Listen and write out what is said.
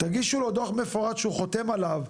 תגישו לו דוח מפורט שהוא חותם עליו,